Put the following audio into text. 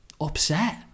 upset